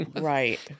Right